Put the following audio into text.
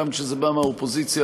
גם כשזה בא מהאופוזיציה,